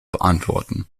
beantworten